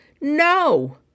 No